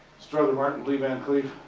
strother martin, lee van cleef.